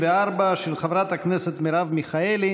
34, של חברת הכנסת מרב מיכאלי.